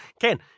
Ken